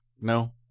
no